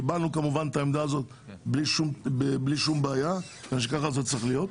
כמובן קיבלנו את העמדה הזאת ללא כל בעיה מפני שכך זה צריך להיות.